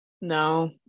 No